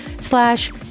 slash